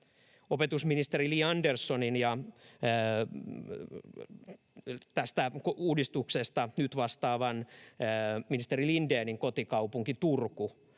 Opetusministeri Li Anderssonin ja tästä uudistuksesta nyt vastaavan ministeri Lindénin kotikaupunki Turku